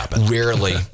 rarely